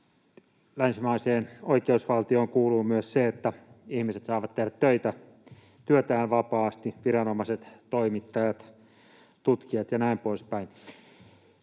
Länsimaiseen oikeusvaltioon kuuluu myös se, että ihmiset saavat tehdä työtään vapaasti — viranomaiset, toimittajat, tutkijat ja näin poispäin.